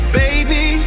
baby